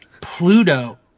Pluto